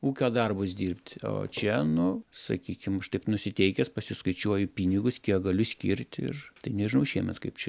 ūkio darbus dirbt o čia nu sakykim aš taip nusiteikęs pasiskaičiuoju pinigus kiek galiu skirt ir tai nežinau šiemet kaip čia